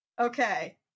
okay